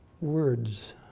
words